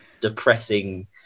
depressing